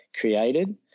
created